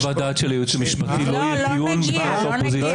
חוות דעת של הייעוץ המשפטי לא יהיה דיון בנוכחות האופוזיציה.